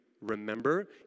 remember